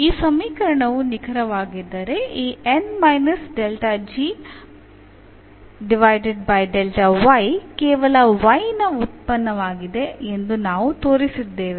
ಈ ಸಮೀಕರಣವು ನಿಖರವಾಗಿದ್ದರೆ ಈ N ಮೈನಸ್ del g ವಿಭಜಿಸಿ del y ಕೇವಲ y ನ ಉತ್ಪನ್ನವಾಗಿದೆ ಎಂದು ನಾವು ತೋರಿಸಿದ್ದೇವೆ